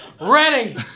Ready